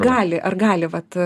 gali ar gali vat